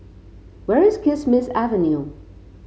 where is Kismis Avenue